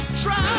try